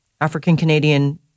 African-Canadian